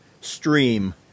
stream